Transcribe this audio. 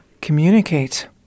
Communicate